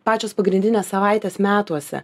pačios pagrindinės savaitės metuose